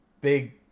big